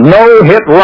No-Hit